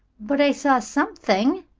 but i saw something,